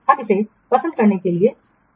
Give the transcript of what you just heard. हम इसे पसंद करने के लिए दे रहे हैं